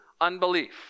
unbelief